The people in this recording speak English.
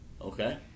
Okay